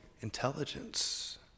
intelligence